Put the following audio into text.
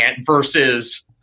versus